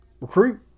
Recruit